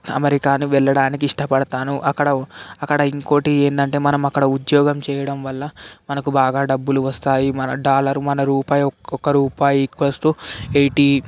అమెరికాను వెళ్ళడానికి ఇష్టపడతాను అక్కడ అక్కడ ఇంకోకటి ఏంటంటే మనమక్కడ ఉద్యోగం చేయడం వల్ల మనకు బాగా డబ్బులు వస్తాయి మన డాలరు మన రూపాయి ఒక్క రూపాయి ఈక్వల్స్ టు ఎయిటీ